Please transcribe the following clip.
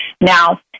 Now